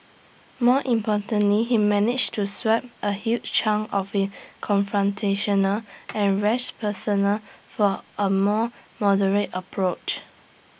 more importantly he managed to swap A huge chunk of his confrontational and rash persona for A more moderate approach